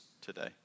today